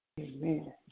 Amen